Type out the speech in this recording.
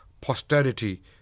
posterity